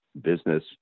business